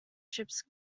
ships